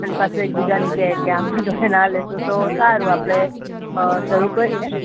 અને પાછું એકબીજાને કહે કે આમનાં જોડે ના લેશો તો સારું આપણે શરૂ કરીએ